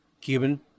Cuban